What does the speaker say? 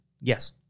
Yes